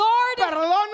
Lord